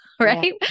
right